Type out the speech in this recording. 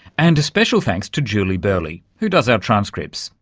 and a special thanks to julie burleigh who does our transcripts